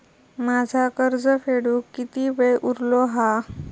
माझा कर्ज फेडुक किती वेळ उरलो हा?